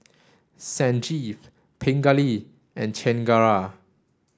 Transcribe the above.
Sanjeev Pingali and Chengara